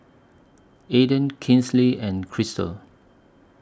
Alden Kinsey and Krystle